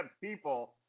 people